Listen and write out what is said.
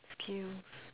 skills